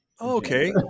okay